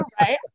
Right